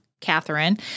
Catherine